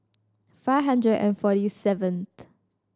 five hundred and forty seventh